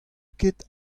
ket